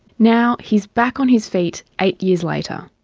now he's back on his feet eight years later.